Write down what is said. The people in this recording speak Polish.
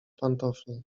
pantofle